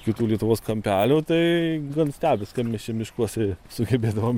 kitų lietuvos kampelių tai gan stebis kap mes čia miškuosi sugebėdavom